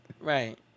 Right